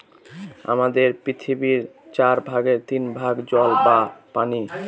আমাদের পৃথিবীর চার ভাগের তিন ভাগ হল জল বা পানি